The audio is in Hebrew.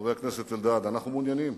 חבר הכנסת אלדד, אנחנו מעוניינים